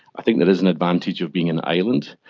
i think there is an advantage of being an island.